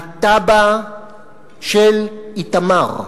התב"ע של איתמר.